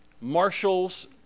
marshals